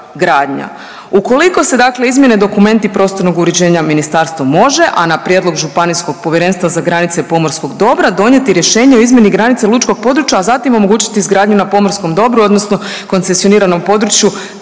Ukoliko se dakle, izmijene dokumenti prostornog uređenja ministarstvo može, a na prijedlog županijskog povjerenstva za granice pomorskog dobra, donijeti rješenje o izmjeni granice lučkog područja, a zatim omogućiti izgradnju na pomorskom dobru odnosno koncesioniranom području,